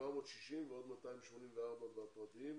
760 ועוד 284 בפרטיים,